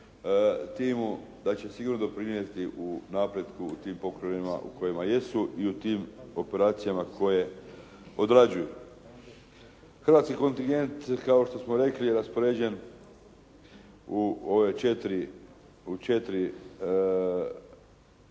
timu da će sigurno doprinijeti napretku u tim pokrajinama u kojima jesu i u tim operacijama koje odrađuju. Hrvatski kontingent kao što smo rekli raspoređen je